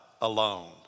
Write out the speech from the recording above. alone